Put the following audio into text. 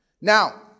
Now